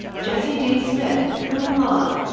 jesse d. smith, cum laude.